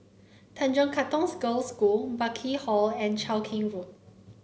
Tanjong Katong Girls' School Burkill Hall and Cheow Keng Road